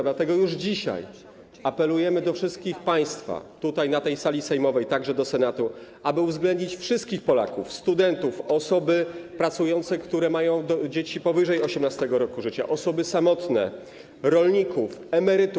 Dlatego już dzisiaj apelujemy do wszystkich państwa na tej sali sejmowej, także do Senatu, aby uwzględnić wszystkich Polaków: studentów, osoby pracujące, które mają dzieci powyżej 18. roku życia, osoby samotne, rolników i emerytów.